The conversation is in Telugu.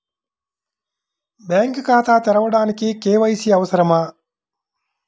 బ్యాంక్ ఖాతా తెరవడానికి కే.వై.సి అవసరమా?